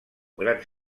grans